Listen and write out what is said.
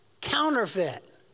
counterfeit